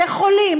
לחולים,